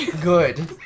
Good